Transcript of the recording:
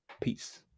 peace